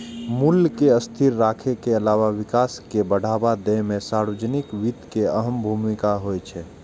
मूल्य कें स्थिर राखै के अलावा विकास कें बढ़ावा दै मे सार्वजनिक वित्त के अहम भूमिका होइ छै